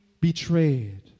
betrayed